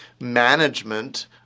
management